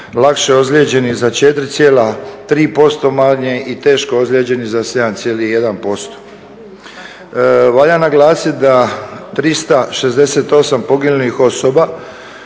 lakše ozlijeđenih za 4,3% manje i teško ozlijeđenih za 7,1%. Valja naglasiti da 368 poginulih osoba,